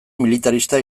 militarista